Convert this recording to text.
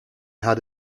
had